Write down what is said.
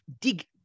dig